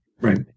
Right